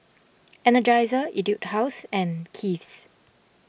Energizer Etude House and Kiehl's